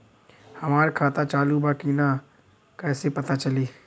हमार खाता चालू बा कि ना कैसे पता चली?